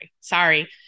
Sorry